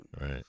Right